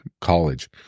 college